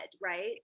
right